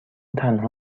تنها